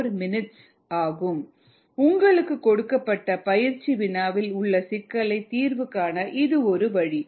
4 min உங்களுக்கு கொடுக்கப்பட்ட பயிற்சி வினாவில் உள்ள சிக்கலை தீர்வு காண இது ஒரு வழி